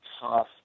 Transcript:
tough